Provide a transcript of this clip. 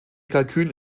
kalkül